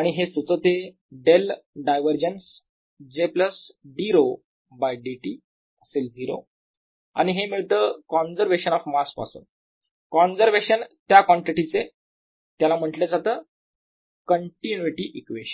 आणि हे सुचवते ▽ divergence j d𝛒 by dt असेल 0 आणि हे मिळतं कॉन्झर्वेशन ऑफ मास पासून कॉन्झर्वेशन त्या कॉन्टिटीचे त्याला म्हटलं जातं कंटिन्युटी इक्वेशन